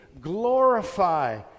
glorify